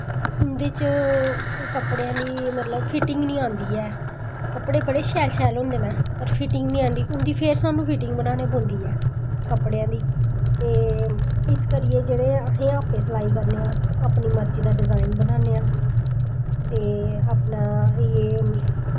उंदे च कपड़े आं दी मतलब फिटिंग निं आंदी ऐ कपड़े बड़े शैल शैल होंदे न पर फिटिंग निं आंदी उं'दी फिर सानूं फिटिंग बनानी पौंदी ऐ कपड़े आं दी ते इस करियै जेह्ड़े अस आपै सलाई करने आं अपनी मर्जी दा डिज़ाइन बनान्ने आं ते अपना एह्